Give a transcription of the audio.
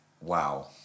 wow